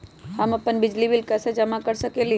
हम अपन बिजली बिल कैसे जमा कर सकेली?